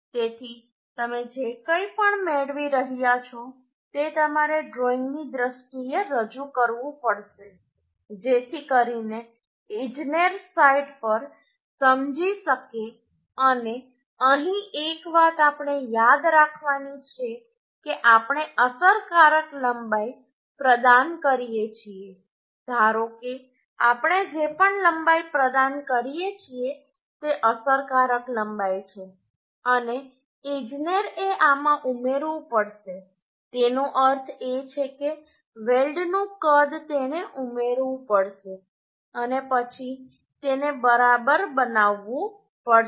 તેથી તમે જે કંઈ મેળવી રહ્યા છો તે તમારે ડ્રોઈંગની દ્રષ્ટિએ રજૂ કરવું પડશે જેથી કરીને ઈજનેર સાઈટ પર સમજી શકે અને અહીં એક વાત આપણે યાદ રાખવાની છે કે આપણે અસરકારક લંબાઈ પ્રદાન કરીએ છીએ ધારો કે આપણે જે પણ લંબાઈ પ્રદાન કરીએ છીએ તે અસરકારક લંબાઈ છે અને ઈજનેરએ આમાં ઉમેરવું પડશે તેનો અર્થ એ છે કે વેલ્ડનું કદ તેણે ઉમેરવું પડશે અને પછી તેને બરાબર બનાવવું પડશે